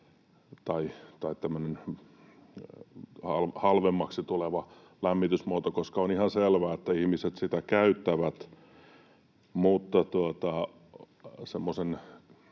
halvemmaksi tuleva lämmitysmuoto, koska on ihan selvää, että ihmiset sitä käyttävät,